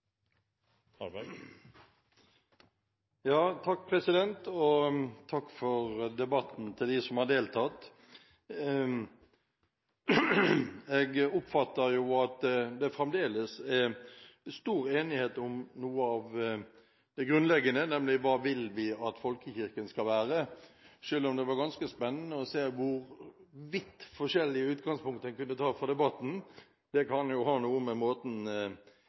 sikres. Takk til dem som har deltatt i debatten. Jeg oppfatter at det fremdeles er stor enighet om noe av det grunnleggende, nemlig hva vi vil at folkekirken skal være – selv om det var ganske spennende å se hvor vidt forskjellig utgangspunkt en hadde for debatten. Det kan ha noe å gjøre med måten